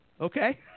Okay